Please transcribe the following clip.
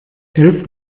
elf